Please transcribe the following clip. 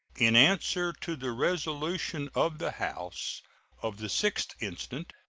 in answer to the resolution of the house of the sixth instant,